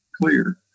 clear